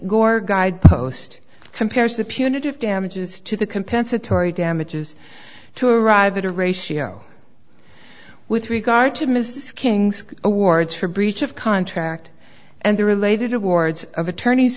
gore guidepost compares the punitive damages to the compensatory damages to arrive at a ratio with regard to mrs king's awards for breach of contract and the related awards of attorneys